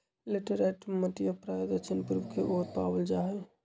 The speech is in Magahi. लैटेराइट मटिया प्रायः दक्षिण पूर्व के ओर पावल जाहई